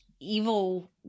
evil